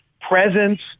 presence